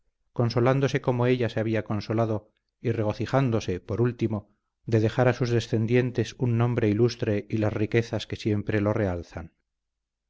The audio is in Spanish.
consolándose como ella se había consolado y regocijándose por último de dejar a sus descendientes un nombre ilustre y las riquezas que siempre lo realzan